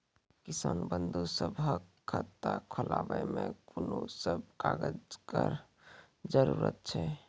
किसान बंधु सभहक खाता खोलाबै मे कून सभ कागजक जरूरत छै?